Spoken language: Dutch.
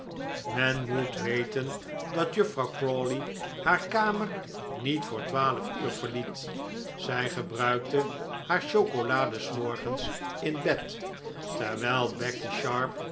men moet weten dat juffrouw crawley haar kamer niet voor twaalf uur verliet zij gebruikte haar chocolade s morgens in bed terwijl becky sharp